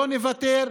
לא נוותר.